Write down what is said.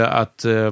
att